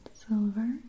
silver